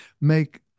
make